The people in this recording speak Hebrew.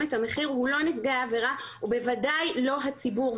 את המחיר הוא לא נפגעי העבירה ובוודאי לא הציבור.